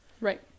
Right